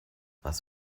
was